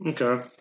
Okay